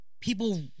people